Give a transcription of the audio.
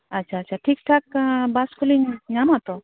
ᱟᱪᱪᱷᱟ ᱟᱪᱪᱷᱟ ᱴᱷᱤᱠᱼᱴᱷᱟᱠ ᱵᱟᱥ ᱠᱚᱞᱤᱧ ᱧᱟᱢᱟ ᱛᱚ